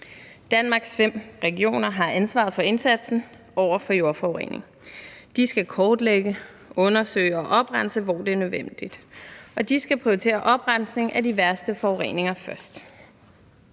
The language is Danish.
Danmarks fem regioner har ansvaret for indsatsen over for jordforurening. De skal kortlægge, undersøge og oprense, hvor det er nødvendigt, og de skal prioritere oprensning af de værste forureninger først.